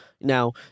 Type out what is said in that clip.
Now